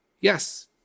Yes